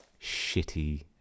Shitty